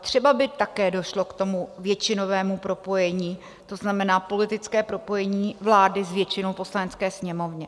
Třeba by také došlo k tomu většinovému propojení, to znamená politické propojení vlády s většinou v Poslanecké sněmovně.